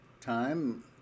time